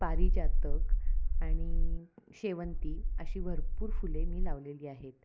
पारिजातक आणि शेवंती अशी भरपूर फुले मी लावलेली आहेत